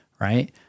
right